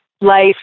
life